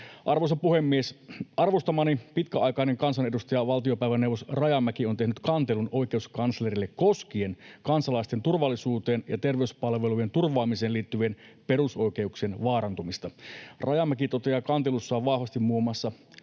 Arvoisa puhemies! Arvostamani pitkäaikainen kansanedustaja, valtiopäiväneuvos Rajamäki on tehnyt kantelun oikeuskanslerille koskien kansalaisten turvallisuuteen ja terveyspalvelujen turvaamiseen liittyvien perusoikeuksien vaarantumista. Rajamäki toteaa kantelussaan vahvasti muun muassa